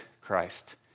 Christ